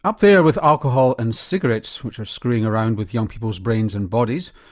up there with alcohol and cigarettes which are screwing around with young people's brains and bodies,